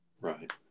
Right